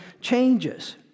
changes